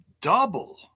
double